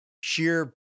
sheer